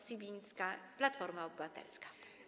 Sibińska, Platforma Obywatelska.